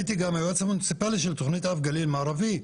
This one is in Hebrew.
הייתי גם היועץ המוניציפאלי של תכנית הגליל המערבי.